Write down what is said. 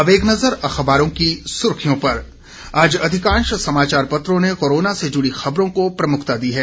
अब एक नजर अखबारों की सुर्खियों पर आज अधिकांश समाचार पत्रों ने कोरोना से जुड़ी खबरों को प्रमुखता दी है